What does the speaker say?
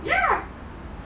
ya